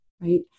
right